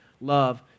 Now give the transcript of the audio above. love